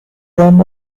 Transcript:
room